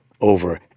over